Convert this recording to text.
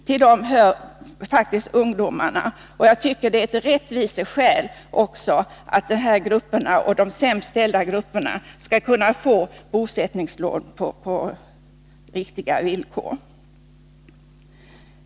Till dem hör ungdomarna, och jag tycker att det också är ett rättvisekrav att dessa grupper — och de sämst ställda grupperna — skall kunna få bosättningslån på riktiga villkor.